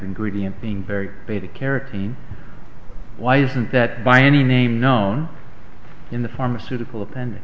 ingredient being very beta carotene why isn't that by any name known in the pharmaceutical